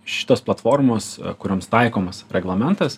šitos platformos kurioms taikomas reglamentas